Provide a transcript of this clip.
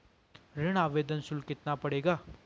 ऋण आवेदन शुल्क कितना पड़ेगा?